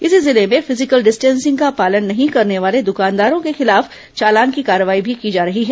इसी जिले में फिजिकल डिस्टेंसिंग का पालन नहीं करने वाले दुकानदारों के खिलाफ चालान की कार्रवाई की जा रही है